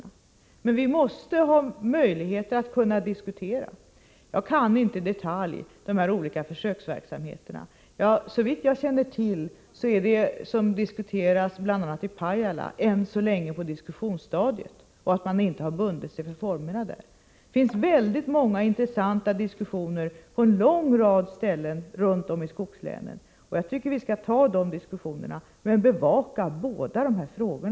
Vi måste emellertid ha möjligheter att diskutera. Jag känner inte i detalj till de olika försöksverksamheter som pågår. Såvitt jag vet befinner sig försöksverksamheten i Pajala ännu på diskussionsstadiet — man har alltså där ännu inte bundit sig för formerna. Det finns väldigt många intressanta diskussioner runt om i skogslänen. Jag tycker att vi skall ha de diskussionerna, men samtidigt bevaka båda dessa frågor.